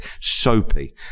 Soapy